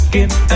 Give